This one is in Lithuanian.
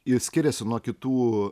ji skiriasi nuo kitų